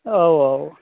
आहो आहो